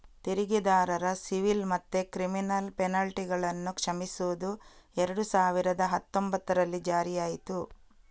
ತೆರಿಗೆದಾರರ ಸಿವಿಲ್ ಮತ್ತೆ ಕ್ರಿಮಿನಲ್ ಪೆನಲ್ಟಿಗಳನ್ನ ಕ್ಷಮಿಸುದು ಎರಡು ಸಾವಿರದ ಹತ್ತೊಂಭತ್ತರಲ್ಲಿ ಜಾರಿಯಾಯ್ತು